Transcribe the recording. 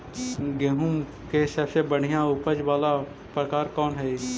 गेंहूम के सबसे बढ़िया उपज वाला प्रकार कौन हई?